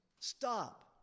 stop